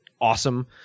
awesome